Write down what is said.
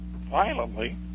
violently